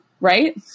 Right